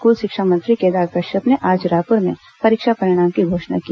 school शिक्षा मंत्री केदार कश्यप ने आज रायपुर में परीक्षा परिणाम की घोषणा की